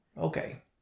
Okay